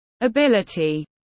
ability